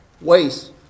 ways